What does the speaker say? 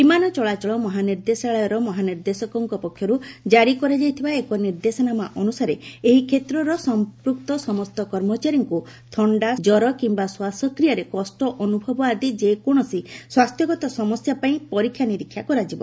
ବିମାନ ଚଳାଚଳ ମହାନିର୍ଦ୍ଦେଶାଳୟର ମହାନିର୍ଦ୍ଦେଶକଙ୍କ ପକ୍ଷରୁ ଜାରି କରାଯାଇଥିବା ଏକ ନିର୍ଦ୍ଦେଶନାମା ଅନୁସାରେ ଏହି କ୍ଷେତ୍ରର ସଂପୂକ୍ତ ସମସ୍ତ କର୍ମଚାରୀଙ୍କୁ ଥଣ୍ଡା ସର୍ଦ୍ଦି ଜର କିମ୍ବା ଶ୍ୱାସକ୍ରିୟାରେ କଷ୍ଟ ଅନୁଭବ ଆଦି ଯେକୌଣସି ସ୍ୱାସ୍ଥ୍ୟଗତ ସମସ୍ୟା ପାଇଁ ପରୀକ୍ଷା ନିରୀକ୍ଷା କରାଯିବ